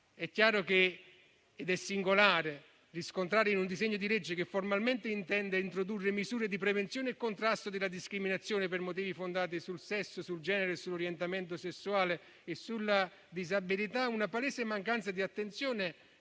finalità. È singolare riscontrare, in un disegno di legge che formalmente intende introdurre misure di prevenzione e contrasto della discriminazione per motivi fondati sul sesso, sul genere, sull'orientamento sessuale e sulla disabilità, una palese mancanza di attenzione